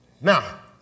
Now